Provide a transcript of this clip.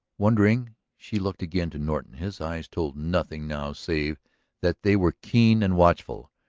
wondering, she looked again to norton. his eyes told nothing now save that they were keen and watchful.